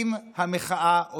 באמת, כל שעה: האם המחאה עוזרת?